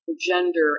gender